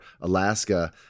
alaska